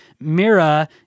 Mira